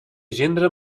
gendre